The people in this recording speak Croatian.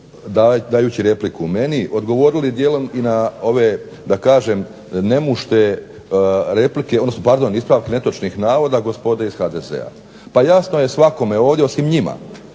dajući repliku meni odgovorili dijelom i na ove da kažem nemušte replike, odnosno pardon ispravke netočnih navoda gospode iz HDZ-a. Pa jasno je svakome ovdje osim njima,